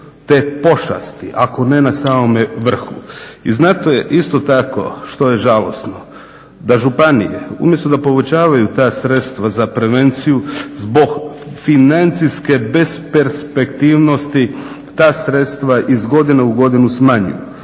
te pošasti, ako ne na samome vrhu. I znate li isto tako što je žalosno? Da županije umjesto da povećavaju ta sredstva za prevenciju zbog financijske besperspektivnosti ta sredstva iz godine u godinu smanjuju.